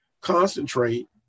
concentrate